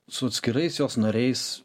su atskirais jos nariais